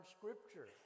Scripture